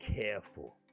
careful